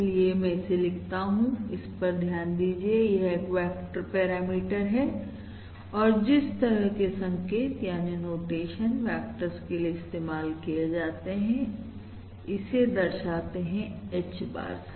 चलिए मैं इसे लिखता हूं इस पर ध्यान दीजिए यह एक वेक्टर पैरामीटर है और और जिस तरह के संकेत वेक्टर्स के लिए के लिए इस्तेमाल किए जाते हैं इसे दर्शाते हैं H bar से